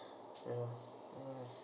mm mm